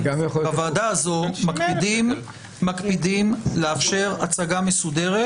בוועדה הזאת מקפידים לאפשר הצגה מסודרת